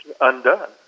undone